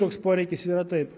toks poreikis yra taip